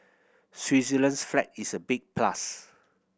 Switzerland's flag is a big plus